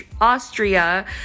Austria